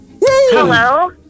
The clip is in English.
Hello